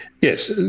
Yes